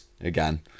again